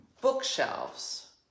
bookshelves